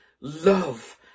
love